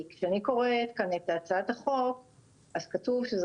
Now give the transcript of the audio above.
כי כשאני קוראת את הצעת החוק כתוב שזה